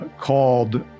called